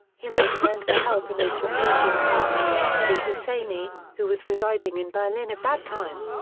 himmler turned for help in this recruiting task to mufti husseini, who was residing in berlin at that time.